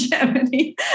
Germany